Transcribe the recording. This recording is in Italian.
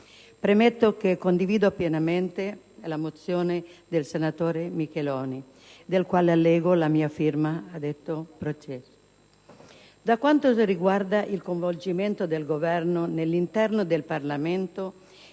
Premetto che condivido pienamente la mozione del senatore Micheloni, alla quale chiedo di aggiungere la mia firma. Per quanto riguarda il coinvolgimento del Governo all'interno del Parlamento,